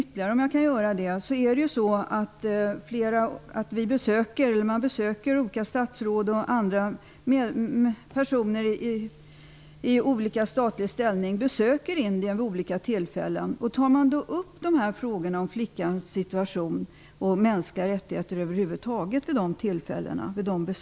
När personer i olika statliga befattningar, statsråd och andra, besöker Indien vid olika tillfällen, tar man då vid dessa besök upp flickornas situation och de mänskliga rättigheterna över huvud taget?